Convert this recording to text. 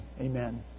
Amen